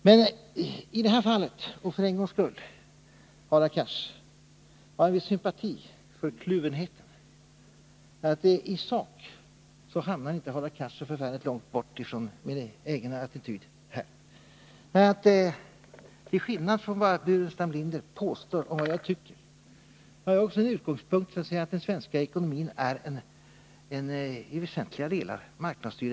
Men för en gångs skull har jag en viss sympati för kluvenheten. I sak hamnar nämligen Hadar Cars inte så långt bort från min egen attityd. Till skillnad från vad Staffan Burenstam Linder påstår har jag som utgångspunkt att den svenska ekonomin i väsentliga delar skall vara marknadsstyrd.